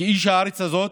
כאיש הארץ הזאת,